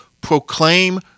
proclaim